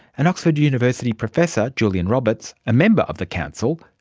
and oxford university professor julian roberts, a member of the council,